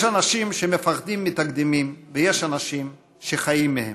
יש אנשים שמפחדים מתקדימים ויש אנשים שחיים מהם.